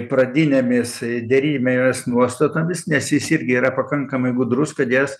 pradinėmis derybinėmis nuostatomis nes jis irgi yra pakankamai gudrus kad jas